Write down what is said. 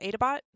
Adabot